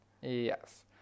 Yes